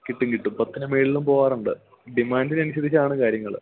കിട്ടും കിട്ടും പത്തിന് മേളിലും പോവാറുണ്ട് ഡിമാൻറ്റിനനുസരിച്ചാണ് കാര്യങ്ങൾ